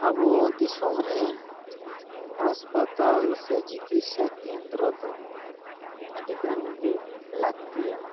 ᱟᱵᱚ ᱫᱤᱥᱚᱢ ᱨᱮ ᱦᱟᱥᱯᱟᱛᱟᱞ ᱥᱮ ᱪᱤᱠᱤᱥᱥᱟ ᱠᱮᱱᱫᱨᱚ ᱫᱚ ᱟᱹᱰᱤᱜᱟᱱ ᱜᱮ ᱞᱟᱹᱠᱛᱤᱭᱟᱱᱟ